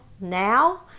now